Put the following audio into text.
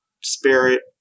spirit